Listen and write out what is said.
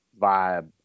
vibe